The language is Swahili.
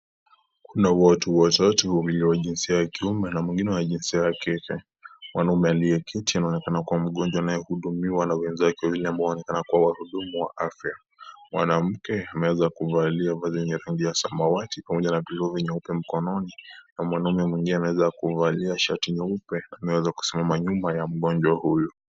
Kuna watu watatu, wawili wa jinsia ya kiume na mwengine wa jinsia ya kike. Mwanamume aliyeketi anaonekana kuwa mgonjwa anayehudumiwa na wenzake wawili ambao wanaonekana kuwa wahudumu wa afya. Mwanamke ameweza kuvalia vazi yenye rangi ya samawati pamoja na glovu nyeupe mkononi na mwanamume mwengine ameweza kuvalia shati nyeupe ameweza kusimama nyuma ya mgonjwa huyu.